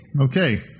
Okay